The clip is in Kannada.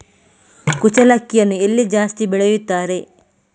ಕುಚ್ಚಲಕ್ಕಿಯನ್ನು ಎಲ್ಲಿ ಜಾಸ್ತಿ ಬೆಳೆಸುತ್ತಾರೆ?